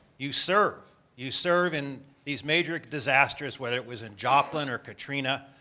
you serve. you serve in these major disasters. whether it was in joplin or katrina,